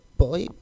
poi